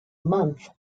month